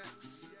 Yes